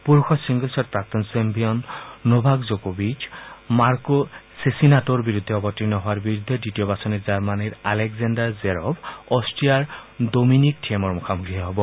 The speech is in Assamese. পুৰুষৰ ছিংগলছত প্ৰাক্তন ছেম্পিয়ন নভাক জকভিক মাৰ্কো চেচিনাটোৰ বিৰুদ্ধে অৱতীৰ্ণ হোৱাৰ বিপৰীতে দ্বিতীয় বাছনিৰ জাৰ্মনীৰ আলেকজেণ্ডাৰ জেৰেভ অষ্টিয়াৰ ডমিনিক থিয়েমৰ মুখামুখি হ'ব